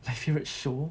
my favorite show